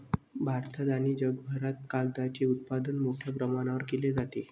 भारतात आणि जगभरात कागदाचे उत्पादन मोठ्या प्रमाणावर केले जाते